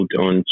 on